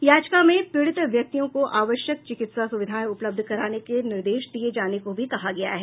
याचिका में पीडित व्यक्तियों को आवश्यक चिकित्सा सुविधाएं उपलब्ध कराने का निर्देश दिए जाने को भी कहा गया है